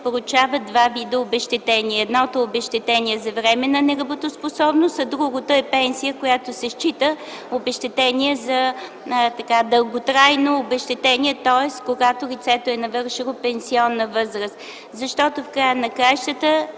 получават два вида обезщетения. Едното е обезщетение за временна неработоспособност, а другото е пенсия, която се счита за дълготрайно обезщетение, тоест когато лицето е навършило пенсионна възраст, защото в края на краищата